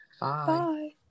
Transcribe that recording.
Bye